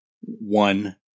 one